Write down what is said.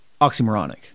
oxymoronic